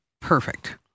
perfect